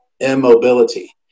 immobility